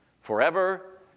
forever